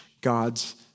God's